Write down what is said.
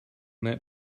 that